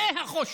זה החושך.